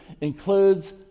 includes